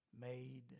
made